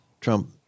Trump